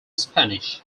spanish